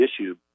issue